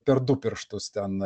per du pirštus ten